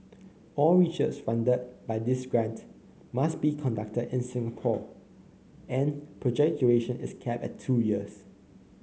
all research funded by this grant must be conducted in Singapore and project duration is capped at two years